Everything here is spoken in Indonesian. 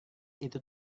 itu